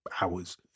hours